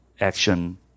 action